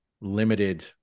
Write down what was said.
limited